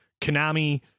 Konami